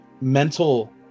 mental